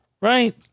Right